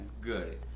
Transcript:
good